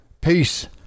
peace